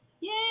yay